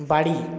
বাড়ি